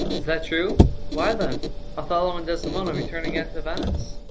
is that true? why then othello and desdemona return again to venice.